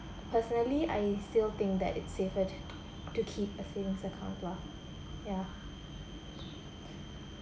personally I still think that it's safer t~ to keep a savings account lah ya